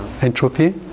Entropy